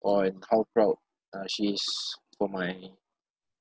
for and how proud uh she is for my